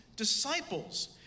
disciples